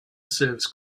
serves